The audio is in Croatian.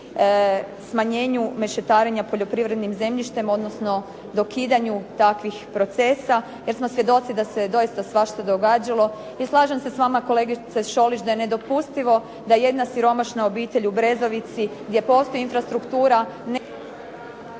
smanjenju mešetarenja poljoprivrednim zemljištem, odnosno dokidanju takvih procesa jer smo svjedoci da se doista svašta događalo. I slažem se s vama kolegice Šolić da je nedopustivo da jedna siromašna obitelj u Brezovici gdje postoji infrastruktura